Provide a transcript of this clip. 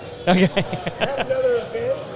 Okay